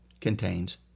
contains